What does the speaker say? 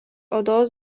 odos